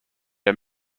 der